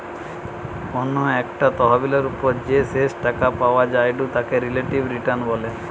কোনো একটা তহবিলের ওপর যে শেষ টাকা পাওয়া জায়ঢু তাকে রিলেটিভ রিটার্ন বলে